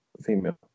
female